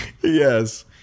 yes